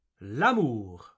l'amour